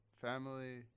Family